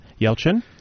Yelchin